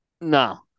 no